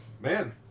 Man